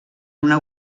una